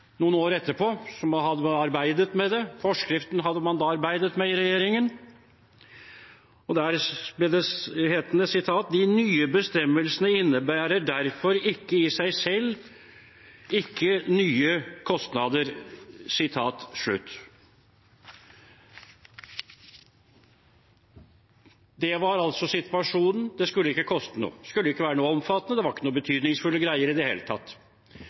noen år etterpå. Forskriften hadde man da arbeidet med i regjeringen, og der ble det hetende: «De nye bestemmelsene innebærer derfor ikke i seg selv nye kostnader.» Det var altså situasjonen. Det skulle ikke koste noe. Det skulle ikke være noe omfattende. Det var ikke noen betydningsfulle greier i det hele tatt.